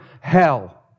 hell